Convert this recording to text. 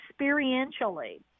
experientially